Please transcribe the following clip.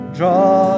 draw